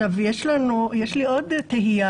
יש לי עוד תהיה